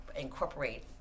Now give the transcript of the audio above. incorporate